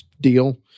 deal